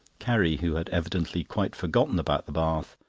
carrie, who had evidently quite forgotten about the bath,